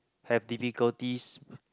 have difficulties